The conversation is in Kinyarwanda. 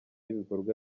ibikorwa